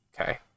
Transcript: Okay